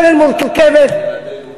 הקרן מורכבת, זה בקרן אחרת?